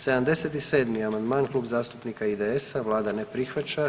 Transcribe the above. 77. amandman, Klub zastupnika IDS-a, Vlada ne prihvaća.